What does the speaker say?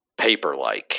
Paperlike